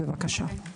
בבקשה.